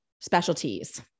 specialties